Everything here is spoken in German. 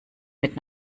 mit